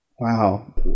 Wow